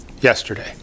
yesterday